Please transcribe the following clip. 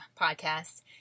podcast